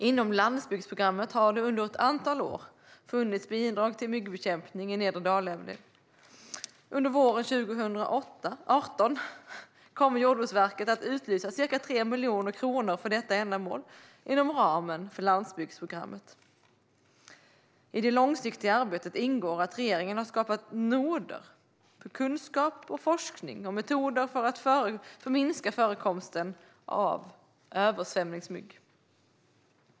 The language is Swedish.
Inom landsbygdsprogrammet har det under ett antal år funnits bidrag till myggbekämpning vid nedre Dalälven. Under våren 2018 kommer Jordbruksverket att utlysa ca 3 miljoner kronor för detta ändamål inom ramen för landsbygdsprogrammet. I det långsiktiga arbetet ingår att regeringen har skapat noder för kunskap och forskning om metoder för att minska förekomsten av översvämningsmygg.